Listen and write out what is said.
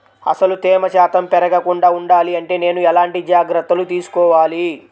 అసలు తేమ శాతం పెరగకుండా వుండాలి అంటే నేను ఎలాంటి జాగ్రత్తలు తీసుకోవాలి?